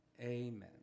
Amen